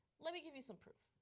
let me give you some proof.